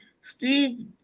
Steve